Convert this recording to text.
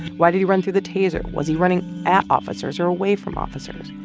why did he run through the taser? was he running at officers or away from officers?